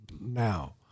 Now